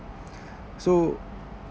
so